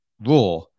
Raw